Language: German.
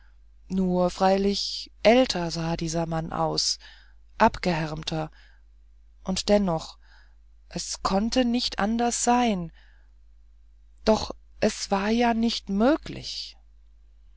nur freilich älter sah dieser mann aus abgehärmter und dennoch es konnte nicht anders sein doch es war ja nicht möglich